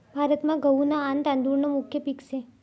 भारतमा गहू न आन तादुळ न मुख्य पिक से